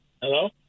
Hello